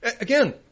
Again